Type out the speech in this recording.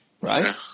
right